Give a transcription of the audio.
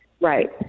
Right